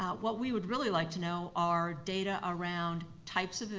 what we would really like to know are data around types of,